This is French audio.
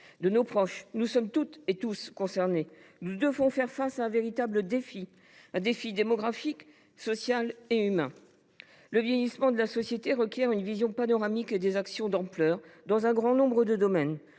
de nos proches ; nous sommes toutes et tous concernés. Nous devons faire face à un véritable défi démographique, social et humain. Le vieillissement de la société requiert une vision panoramique et des actions d’ampleur dans un grand nombre de domaines.